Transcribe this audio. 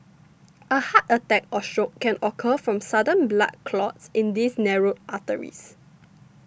a heart attack or stroke can occur from sudden blood clots in these narrowed arteries